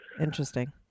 interesting